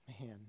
Man